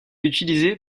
utilisée